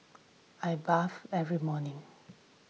I bath every morning